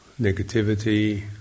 negativity